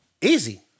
Easy